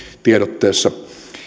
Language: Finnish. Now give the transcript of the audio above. tiedotteessa